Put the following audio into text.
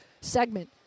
segment